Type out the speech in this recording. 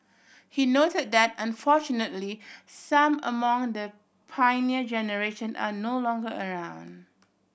he note that unfortunately some among the Pioneer Generation are no longer around